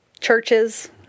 churches